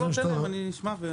לא, בסדר, אני אשמע.